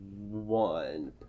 one